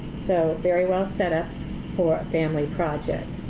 so very well setup for a family project.